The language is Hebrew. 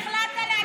החלטת להקים שטאזי?